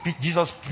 Jesus